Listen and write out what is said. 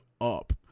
up